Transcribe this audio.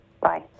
Bye